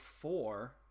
four